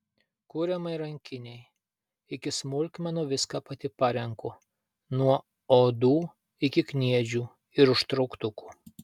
kuriamai rankinei iki smulkmenų viską pati parenku nuo odų iki kniedžių ir užtrauktukų